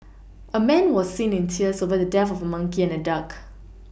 a man was seen in tears over the death of a monkey and a duck